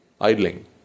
idling